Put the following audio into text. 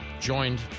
joined